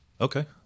okay